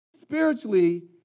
spiritually